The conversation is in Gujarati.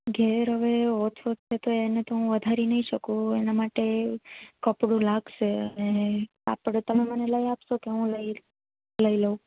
ઘેર હવે ઓછો હોય તો એને તો હું વધારી નઈ શકું એના માટે કપડું લાગશે અને કાપડ તમે મને લઈ આપશો કે હું લઈ લઉં